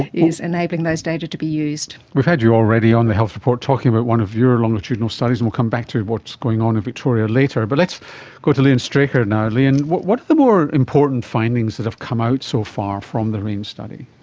is enabling those data to be used. we've had you already on the health report talking about one of your longitudinal studies, and we will come back to what's going on in victoria later. but let's go to leon straker now. leon, what what are the more important findings that have come out so far from the raine study?